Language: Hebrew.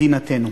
מדינתנו.